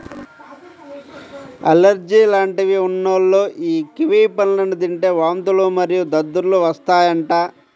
allergy లాంటివి ఉన్నోల్లు యీ కివి పండ్లను తింటే వాంతులు మరియు దద్దుర్లు వత్తాయంట